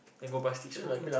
then go back he smoke again